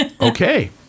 Okay